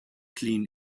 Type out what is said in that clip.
clean